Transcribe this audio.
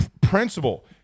principle